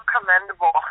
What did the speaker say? commendable